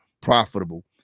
profitable